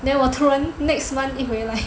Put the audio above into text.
then 我突然 next month 一回来